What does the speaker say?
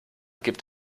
gibt